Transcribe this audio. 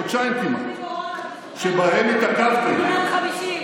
חודשיים כמעט שבהם התעכבתם,